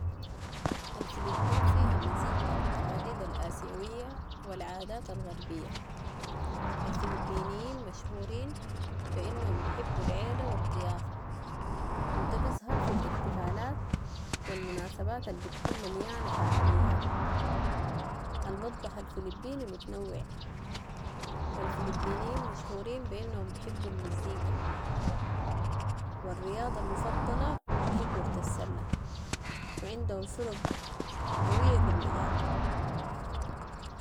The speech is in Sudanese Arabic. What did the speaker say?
الفلبين فيها مزيج من التقاليد الآسيوية و العادات الغربية. الفلبينيين مشهورين بانهم بحبوا العيلة و الضيافة و ده بظهر في الاحتفالات و المناسبات البتكون مليانة فعاليات. المطبخ الفلبيني متنوع و الفلبينيين مشهورين بانهم بحبوا المزيكا و الرياضة المفضلة هي كورة السلة و عندهم فرق قوية في المجال ده.